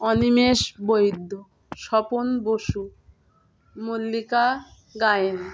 Animesh Baidya Swapan Basu Mallika Gayen